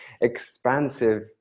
expansive